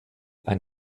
ein